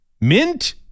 mint